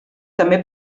també